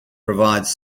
provides